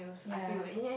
ya